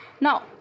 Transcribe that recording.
Now